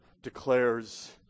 declares